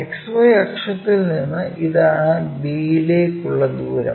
XY അക്ഷത്തിൽ നിന്ന് ഇതാണ് b യിലേക്കുള്ള ദൂരം